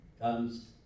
comes